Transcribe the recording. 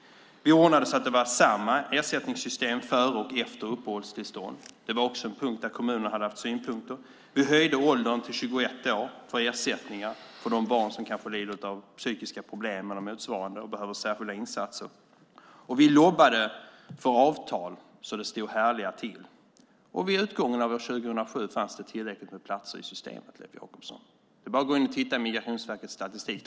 Vi ordnade så att det var samma ersättningssystem före och efter uppehållstillstånd. Det var också något som kommunerna hade haft synpunkter på. Vi höjde åldern till 21 år för ersättning för de barn som kanske lider av psykiska problem eller motsvarande och behöver särskilda insatser. Vi lobbade för avtal så det stod härliga till. Vid utgången av 2007 fanns det tillräckligt med platser i systemet, Leif Jakobsson, det är bara att titta i Migrationsverkets statistik.